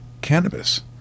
cannabis